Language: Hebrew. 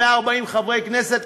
140 חברי כנסת,